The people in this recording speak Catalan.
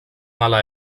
mala